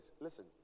listen